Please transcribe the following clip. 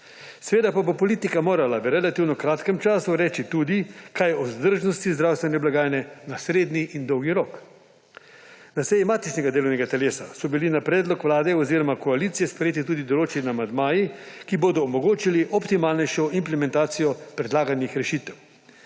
Seveda pa bo politika morala v relativno kratkem času reči tudi kaj o vzdržnosti zdravstvene blagajne na srednji in dolgi rok. Na seji matičnega delovnega telesa so bili na predlog Vlade oziroma koalicije sprejeti tudi določeni amandmaji, ki bodo omogočili optimalnejšo implementacijo predlaganih rešitev.